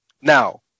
Now